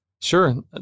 Sure